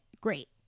great